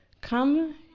Come